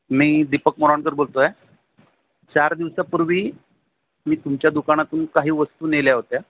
मी दीपक मोराणकर बोलतो आहे चार दिवसापूर्वी मी तुमच्या दुकानातून काही वस्तू नेल्या होत्या